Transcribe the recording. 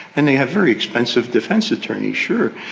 and they have very expensive defence attorneys, sure.